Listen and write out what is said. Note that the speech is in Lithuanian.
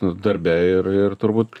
darbe ir ir turbūt